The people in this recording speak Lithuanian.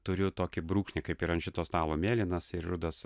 turiu tokį brūkšnį kaip ir ant šito stalo mėlynas ir rudas